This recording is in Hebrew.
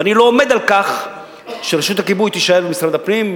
ואני לא עומד על כך שרשות הכיבוי תישאר במשרד הפנים.